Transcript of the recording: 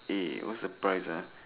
eh what's the price ah